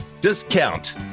discount